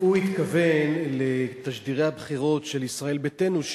הוא התכוון לתשדירי הבחירות של ישראל ביתנו,